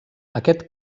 aquest